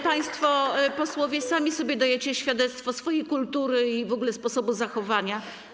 Państwo posłowie, sami sobie dajecie świadectwo swojej kultury i w ogóle sposobu zachowania.